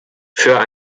für